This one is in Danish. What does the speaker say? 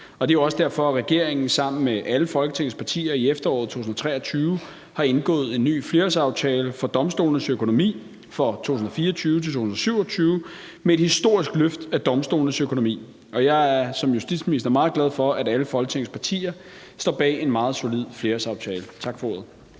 det er jo også derfor, at regeringen sammen med alle Folketingets partier i efteråret 2023 har indgået en ny flerårsaftale for domstolenes økonomi for 2024-2027 med et historisk løft af domstolenes økonomi, og jeg er som justitsminister meget glad for, at alle Folketingets partier står bag en meget solid flerårsaftale. Tak for ordet.